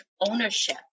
ownership